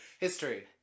History